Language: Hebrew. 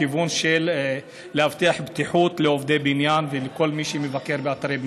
בכיוון של להבטיח בטיחות לעובדי בניין ולכל מי שמבקר באתרי בנייה.